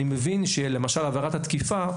אני מבין שלמשל עבירת התקיפה,